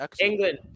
England